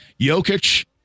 Jokic